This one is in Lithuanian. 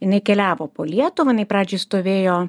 jinai keliavo po lietuvą jinai pradžioj stovėjo